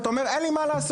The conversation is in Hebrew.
ואתה אומר אין לי מה לעשות.